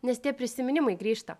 nes tie prisiminimai grįžta